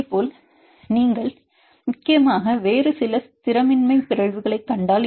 அதேபோல் நீங்கள் நேரம் 0650 ஐப் பார்க்கவும் முக்கியமாக வேறு சில ஸ்திரமின்மை பிறழ்வுகளைக் கண்டால்